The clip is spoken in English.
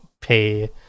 pay